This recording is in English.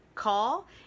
call